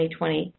2020